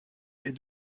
est